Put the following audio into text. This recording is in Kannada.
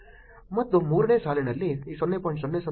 ಮತ್ತು ಮೂರನೇ ಸಾಲಿನಲ್ಲಿ 0